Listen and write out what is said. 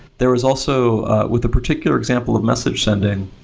there's also with the particular example of message sending,